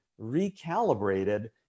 recalibrated